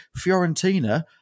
Fiorentina